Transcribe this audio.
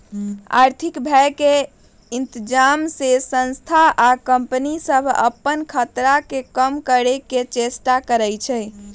आर्थिक भय के इतजाम से संस्था आ कंपनि सभ अप्पन खतरा के कम करए के चेष्टा करै छै